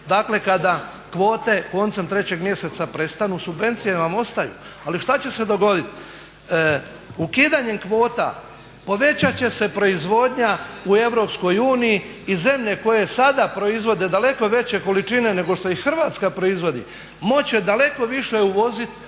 dakle kada kvote koncem 3. mjeseca prestanu, subvencije vam ostaju. Ali šta će se dogoditi? Ukidanjem kvota povećati će se proizvodnja u Europskoj uniji i zemlje koje sada proizvode daleko veće količine nego što ih Hrvatska proizvodi moći će daleko više uvoziti